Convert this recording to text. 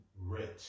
rich